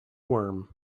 worm